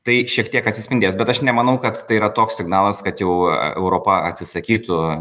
tai šiek tiek atsispindės bet aš nemanau kad tai yra toks signalas kad jau europa atsisakytų